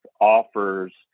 offers